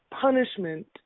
punishment